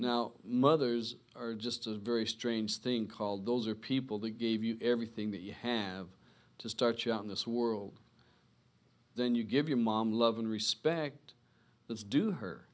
now mothers are just as very strange thing called those are people they gave you everything that you have to start in this world then you give your mom love and respect that's due her